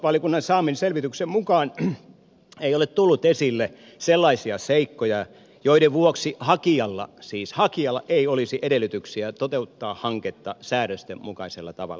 talousvaliokunnan saaman selvityksen mukaan ei ole tullut esille sellaisia seikkoja joiden vuoksi hakijalla siis hakijalla ei olisi edellytyksiä toteuttaa hanketta säädösten mukaisella tavalla